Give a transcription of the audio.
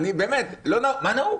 מה נהוג?